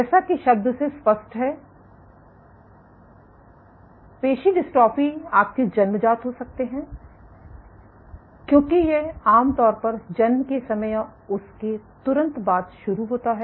जैसा कि शब्द से स्पष्ट है पेशी डिस्ट्रोफी आपके जन्मजात हो सकता है क्योंकि ये आमतौर पर जन्म के समय या उसके तुरंत बाद शुरू होता है